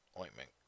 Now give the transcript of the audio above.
Ointment